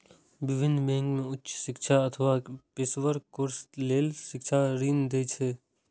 विभिन्न बैंक उच्च शिक्षा अथवा पेशेवर कोर्स लेल शिक्षा ऋण दै छै